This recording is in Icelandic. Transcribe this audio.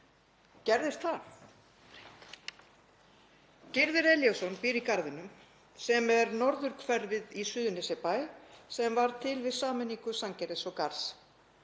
gerðist það?“ Gyrðir Elíasson býr í Garðinum sem er norðurhverfið í Suðurnesjabæ sem varð til við sameiningu Sandgerðis og Garðs.